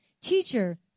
Teacher